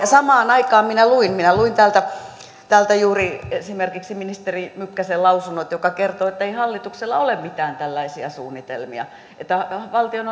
samaan aikaan minä luin minä luin täältä juuri esimerkiksi ministeri mykkäsen lausunnon joka kertoo että ei hallituksella ole mitään tällaisia suunnitelmia valtion